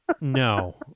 No